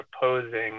proposing